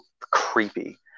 creepy